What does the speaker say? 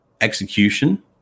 execution